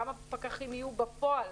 כמה פקחים יהיו בפועל,